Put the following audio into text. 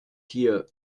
tier